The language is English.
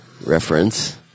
reference